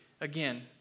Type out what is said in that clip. again